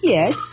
Yes